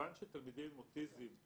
מכיוון שתלמידים עם אוטיזם,